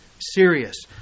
serious